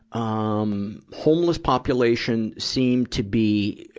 um, homeless population seem to be,